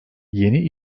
yeni